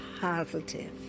positive